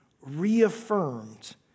reaffirmed